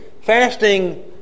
fasting